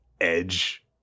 edge